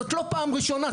זאת לא פעם ראשונה,